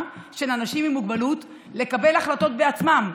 של אנשים עם מוגבלות לקבל החלטות בעצמם.